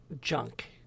junk